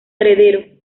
heredero